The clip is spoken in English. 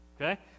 okay